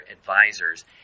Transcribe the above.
Advisors